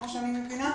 כמו שאני מבינה,